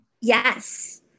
Yes